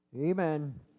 Amen